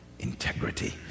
integrity